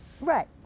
Right